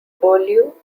beaulieu